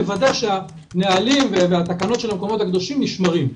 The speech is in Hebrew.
לוודא שהנהלים והתקנות של המקומות הקדושים נשמרים.